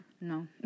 No